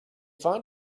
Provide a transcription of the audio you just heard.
find